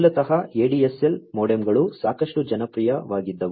ಮೂಲತಃ ADSL ಮೋಡೆಮ್ಗಳು ಸಾಕಷ್ಟು ಜನಪ್ರಿಯವಾಗಿದ್ದವು